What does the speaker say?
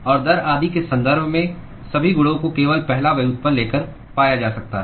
और दर आदि के संदर्भ में सभी गुणों को केवल पहला व्युत्पन्न लेकर पाया जा सकता है